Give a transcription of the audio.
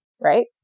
right